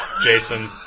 Jason